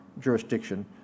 jurisdiction